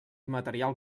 material